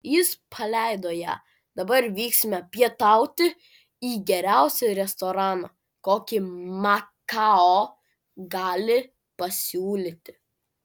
jis paleido ją dabar vyksime pietauti į geriausią restoraną kokį makao gali pasiūlyti